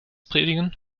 predigen